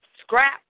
scrap